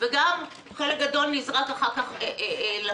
וגם חלק גדול נזרק אחר כך לפח.